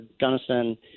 gunnison